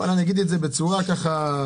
אני אגיד את זה בצורה עדינה,